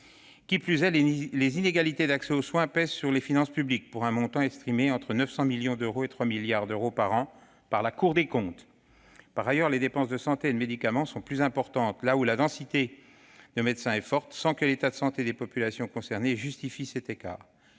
Qui plus est, les inégalités d'accès aux soins pèsent sur les finances publiques pour un montant estimé entre 900 millions et 3 milliards d'euros par an par la Cour des comptes. Par ailleurs, les dépenses de santé et de médicaments sont plus importantes là où la densité de médecins est forte, sans que l'état de santé des populations concernées justifie cet écart.